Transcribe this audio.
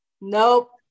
Nope